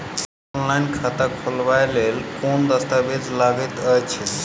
Online खाता खोलबय लेल केँ दस्तावेज लागति अछि?